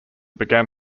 began